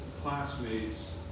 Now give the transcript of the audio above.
classmates